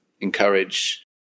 encourage